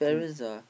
mm